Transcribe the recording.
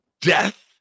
death